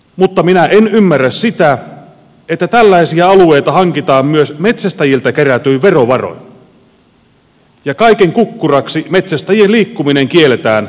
mutta minä en ymmärrä sitä että tällaisia alueita hankitaan myös metsästäjiltä kerätyin verovaroin ja kaiken kukkuraksi metsästäjien liikkuminen kielletään näillä alueilla